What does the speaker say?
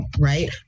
right